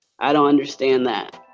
i don't understand that.